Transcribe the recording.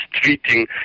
treating